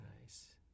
Nice